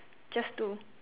just two